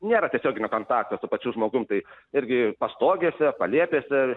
nėra tiesioginio kontakto su pačiu žmogum tai irgi pastogėse palėpėse ar